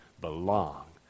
belong